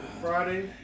Friday